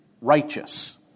righteous